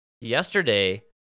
yesterday